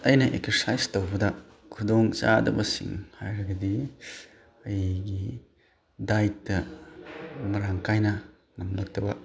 ꯑꯩꯅ ꯑꯦꯛꯁꯔꯁꯥꯏꯁ ꯇꯧꯕꯗ ꯈꯨꯗꯣꯡ ꯆꯥꯗꯕꯁꯤꯡ ꯍꯥꯏꯔꯒꯗꯤ ꯑꯩꯒꯤ ꯗꯥꯏ꯭ꯗꯇ ꯃꯔꯥꯡ ꯀꯥꯏꯅ ꯉꯝꯂꯛꯇꯕ